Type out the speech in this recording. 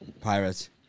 Pirates